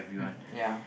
mm yeah